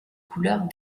couleur